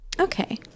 okay